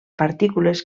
partícules